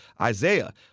Isaiah